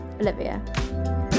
Olivia